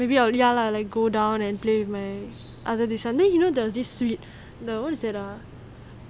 maybe I'll ya lah like go down and play my other things then you know there was this this sweet the what is that ah